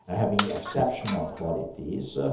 ah having exceptional qualities.